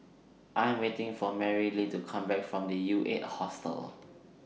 I Am waiting For Marylee to Come Back from U eight Hostel